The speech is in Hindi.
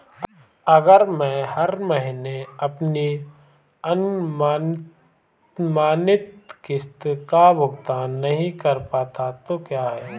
अगर मैं हर महीने पूरी अनुमानित किश्त का भुगतान नहीं कर पाता तो क्या होगा?